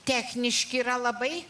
techniški yra labai